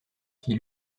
qui